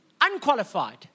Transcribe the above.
unqualified